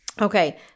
Okay